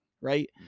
right